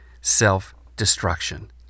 self-destruction